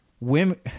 women